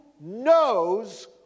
knows